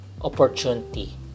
opportunity